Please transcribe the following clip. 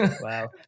Wow